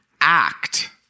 act